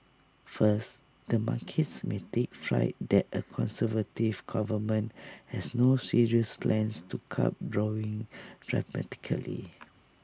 first the markets may take fright that A conservative government has no serious plans to cut borrowing dramatically